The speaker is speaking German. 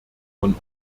von